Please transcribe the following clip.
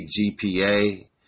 GPA